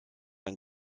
ein